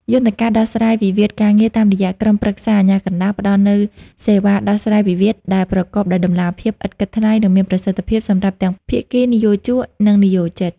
យន្តការដោះស្រាយវិវាទការងារតាមរយៈក្រុមប្រឹក្សាអាជ្ញាកណ្ដាល ផ្ដល់នូវសេវាដោះស្រាយវិវាទដែលប្រកបដោយតម្លាភាព ឥតគិតថ្លៃ និងមានប្រសិទ្ធភាពសម្រាប់ទាំងភាគីនិយោជក និងនិយោជិត។